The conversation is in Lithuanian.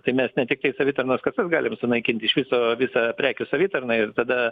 tai mes ne tiktai savitarnos kasasų galim sunaikinti iš viso visą prekių savitarną ir tada